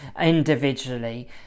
individually